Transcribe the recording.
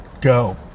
go